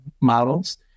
models